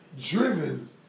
driven